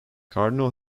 cardinal